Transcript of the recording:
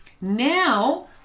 Now